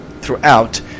throughout